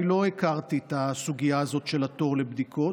לא הכרתי את הסוגיה הזאת של התור לבדיקות.